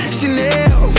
Chanel